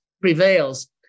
prevails